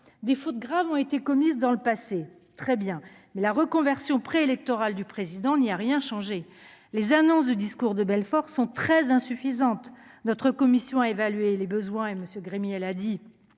des fautes graves ont été commises dans le passé, très bien, mais la reconversion pré-électorale du président n'y a rien changé, les annonces de discours de Belfort sont très insuffisantes, notre commission à évaluer les besoins et monsieur